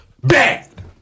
Bad